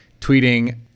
tweeting